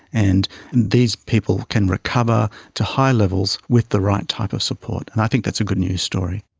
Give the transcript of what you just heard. and these people can recover to high levels with the right type of support, and i think that's a good-news story.